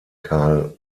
carl